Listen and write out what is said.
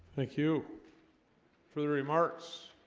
thank you for the remarks